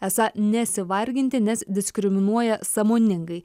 esą nesivarginti nes diskriminuoja sąmoningai